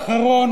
האחרון,